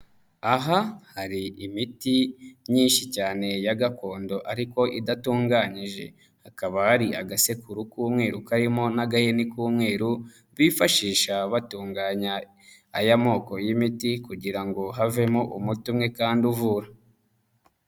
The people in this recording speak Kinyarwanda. Aha hari imiti myinshi cyane ya gakondo ariko idatunganyije, hakaba hari agasekuru k'umweru karimo n'agahini k'umweru bifashisha batunganya aya moko y'imiti, kugira ngo havemo umuti umwe kandi uvura.